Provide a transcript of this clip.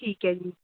ਠੀਕ ਹੈ ਜੀ